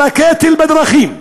על הקטל בדרכים.